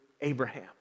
Abraham